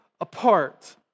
apart